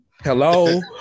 Hello